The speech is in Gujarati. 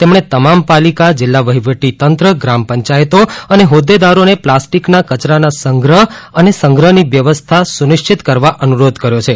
તેમણે તમામ પાલિકા જીલ્લા વહીટવટીતંત્ર ગ્રામપંચાયતો અને હોદ્દેદારોને પ્લાસ્ટીકના કચરાના સંગ્રહ અને સંગ્રહની વ્યવસ્થા સુનિશ્ચિત કરવા અનુરોધ કર્યો છે